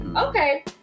Okay